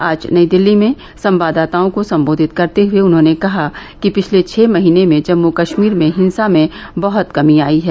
आज नई दिल्ली में संवाददाताओं को संबोधित करते हुए उन्होंने कहा कि पिछले छह महीने में जम्मू कश्मीर में हिंसा में बहुत कमी आई है